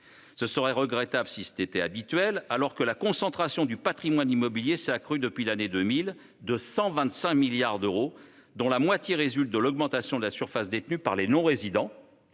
ne serait que regrettable si ce n'était habituel. Alors que la concentration du patrimoine immobilier s'est accrue depuis 2000 de 125 milliards d'euros, dont la moitié résulte de l'augmentation de la part détenue par les non-résidents,